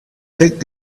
thick